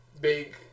big